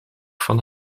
van